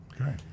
okay